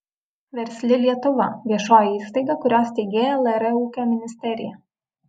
versli lietuva viešoji įstaiga kurios steigėja lr ūkio ministerija